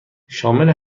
شامل